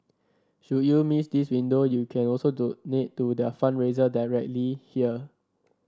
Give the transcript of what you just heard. should you miss this window you can also donate to their fundraiser directly here